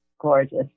gorgeous